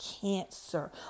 cancer